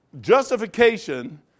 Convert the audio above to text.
justification